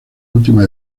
última